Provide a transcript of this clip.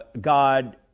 God